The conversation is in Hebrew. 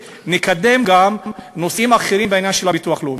ונקדם גם נושאים אחרים בעניין של הביטוח הלאומי.